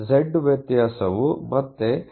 z ವ್ಯತ್ಯಾಸವು ಮತ್ತೆ 3